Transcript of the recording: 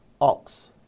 ox